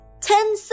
Ten